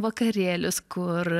vakarėlius kur